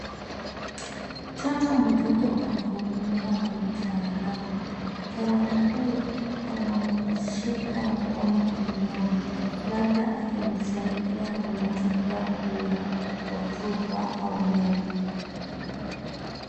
Mtoto mudogo anahudumiwa na mtaalamu. Mtaalamu huyo anamshika mkono kinywani labda akimsaidia na matibabu ya hotuba au meno.